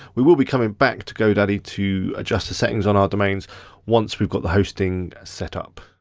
we will be coming back to godaddy to adjust the settings on our domains once we've got the hosting set up.